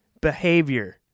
behavior